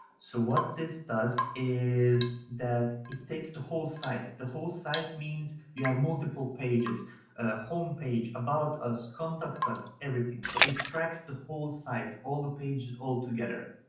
so what this does is that it takes the whole site. the whole site means you have multiple pages, a homepage about us, contact us everything. so it tracks the whole site, all the pages all together.